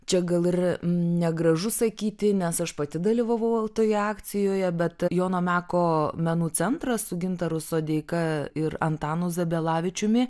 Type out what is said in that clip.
čia gal ir negražu sakyti nes aš pati dalyvavau toje akcijoje bet jono meko menų centras su gintaru sodeika ir antanu zabielavičiumi